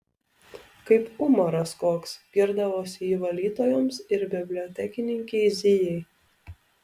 kaip umaras koks girdavosi ji valytojoms ir bibliotekininkei zijai